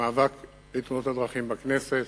למאבק בתאונות הדרכים בכנסת,